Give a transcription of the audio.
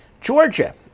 Georgia